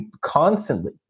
constantly